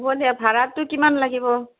হ'ব দিয়া ভাৰাটো কিমান লাগিব